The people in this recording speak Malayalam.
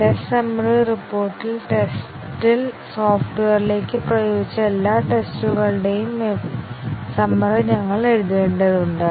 ടെസ്റ്റ് സമ്മറി റിപ്പോർട്ടിൽ ടെസ്റ്റിൽ സോഫ്റ്റ്വെയറിലേക്ക് പ്രയോഗിച്ച എല്ലാ ടെസ്റ്റുകളുടെയും സമ്മറി ഞങ്ങൾ എഴുതേണ്ടതുണ്ട്